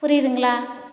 புரியுதுங்களா